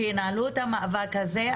שינהלו את המאבק הזה.